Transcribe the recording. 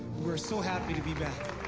we're so happy to be back.